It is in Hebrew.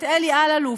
את אלי אלאלוף,